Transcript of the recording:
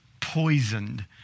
poisoned